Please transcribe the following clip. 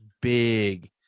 big